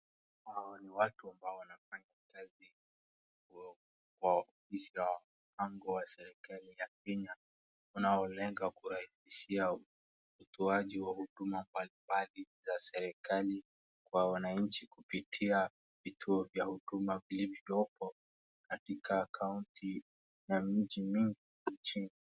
Hawa ni watu ambao wanafanya kazi kwa ofisi ya mpango wa serikali ya Kenya unaolenga kurahisishia utoaji wa huduma mbalimbali za serikali kwa wananchi kupitia vituo vya huduma vilivyopo katika kaunti na miji mingi nchini.